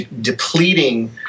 depleting